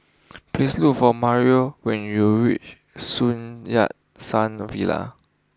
please look for Mario when you reach Sun Yat Sen Villa